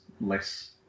less